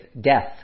death